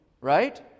right